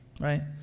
right